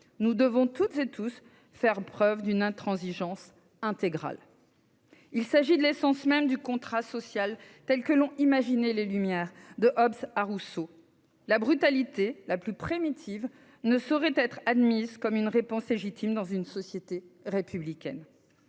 Nous devons toutes et tous faire preuve d'une intransigeance intégrale. Il s'agit de l'essence même du contrat social, tel que l'ont imaginé les Lumières, de Hobbes à Rousseau. La brutalité la plus primitive ne saurait être admise comme une réponse légitime dans une société républicaine.